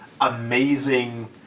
amazing